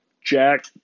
Jack